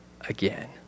again